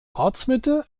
ortsmitte